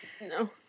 No